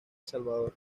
salvador